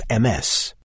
MS